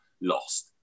lost